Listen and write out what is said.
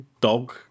dog